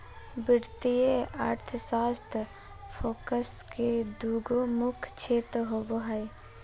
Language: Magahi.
वित्तीय अर्थशास्त्र फोकस के दू गो मुख्य क्षेत्र होबो हइ